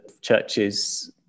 churches